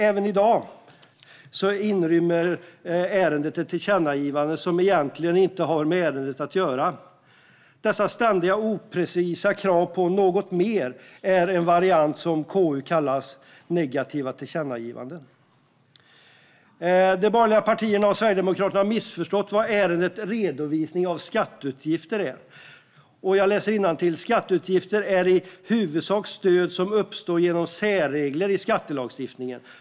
Även i dag inrymmer ärendet ett tillkännagivande som egentligen inte har med ärendet att göra. Dessa ständiga och oprecisa krav på något mer är en variant på det som i KU kallas negativa tillkännagivanden. De borgerliga partierna och Sverigedemokraterna har missförstått vad ärendet redovisning av skatteutgifterna är. Jag läser innantill: Skatteutgifter är i huvudsak stöd som uppstår genom särregler i skattelagstiftningen.